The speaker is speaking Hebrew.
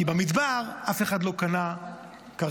כי במדבר אף אחד לא קנה קרקעות,